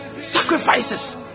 Sacrifices